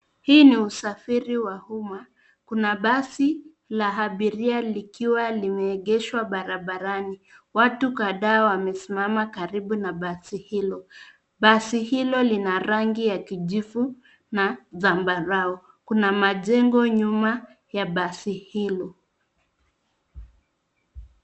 Hii ni usafiri wa umma. Kuna basi la abiria likiwa limeegeshwa barabarani. Watu kadhaa wamesimama karibu na basi hilo. Basi hilo lina rangi ya kijivu na zambarau. Kuna majengo nyuma ya basi hilo.